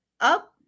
up